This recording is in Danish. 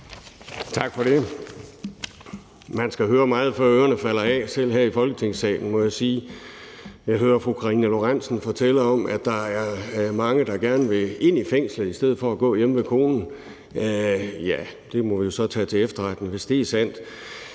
Tak for det. Man skal høre meget, før ørerne falder af, selv her i Folketingssalen må jeg sige. Jeg hører fru Karina Lorentzen Dehnhardt fortælle om, at der er mange, der gerne vil i fængsel i stedet for at gå hjemme ved konen. Ja, hvis det er sandt,